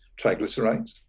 triglycerides